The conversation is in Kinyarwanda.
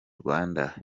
rwanda